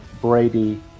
Brady